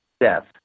death